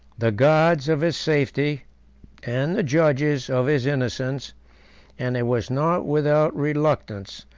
the guards of his safety and the judges of his innocence and it was not without reluctance,